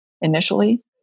initially